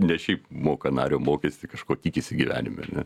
ne šiaip moka nario mokestį kažko tikisi gyvenime